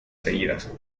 seguidas